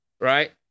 right